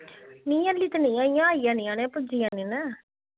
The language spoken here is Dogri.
नेईं हाल्ले ते नेईं आइयां न आई जानियां पुज्जी जानियां न